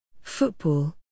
Football